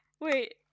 Wait